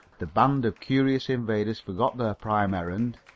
the band of curious invaders forgot their prime errand.